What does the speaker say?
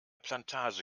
plantage